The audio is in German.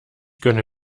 gönne